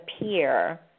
appear